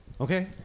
okay